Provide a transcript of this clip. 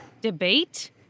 debate